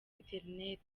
internet